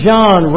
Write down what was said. John